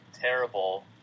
terrible